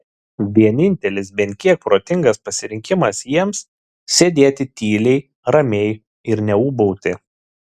vienintelis bent kiek protingas pasirinkimas jiems sėdėti tyliai ramiai ir neūbauti